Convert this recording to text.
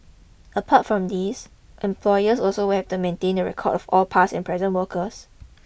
apart from these employers will also have to maintain records of all past and present workers